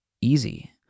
easy